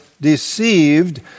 deceived